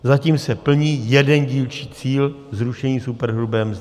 Zatím se plní jeden dílčí cíl zrušení superhrubé mzdy.